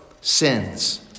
sins